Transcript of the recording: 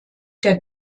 der